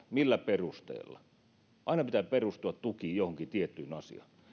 millä perusteella tuen pitää aina perustua johonkin tiettyyn asiaan